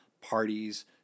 parties